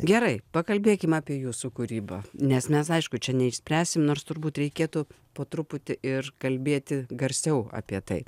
gerai pakalbėkim apie jūsų kūrybą nes mes aišku čia neišspręsim nors turbūt reikėtų po truputį ir kalbėti garsiau apie tai